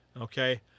Okay